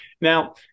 now